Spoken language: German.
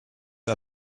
der